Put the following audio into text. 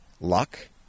luck